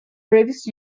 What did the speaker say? previous